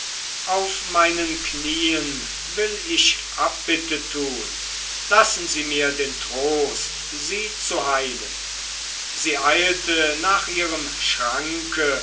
auf meinen knieen will ich abbitte tun lassen sie mir den trost sie zu heilen sie eilte nach ihrem schranke